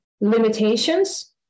limitations